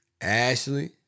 Ashley